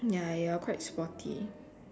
ya you're quite sporty